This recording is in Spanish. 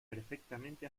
perfectamente